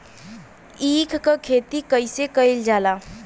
ईख क खेती कइसे कइल जाला?